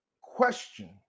question